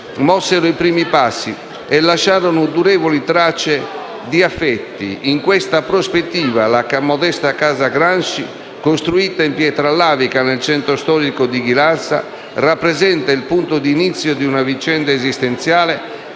mossero i primi passi e lasciarono durevoli tracce di affetti. In questa prospettiva, la modesta casa dei Gramsci, costruita in pietra lavica nel centro storico di Ghilarza, rappresenta il punto d'inizio di una vicenda esistenziale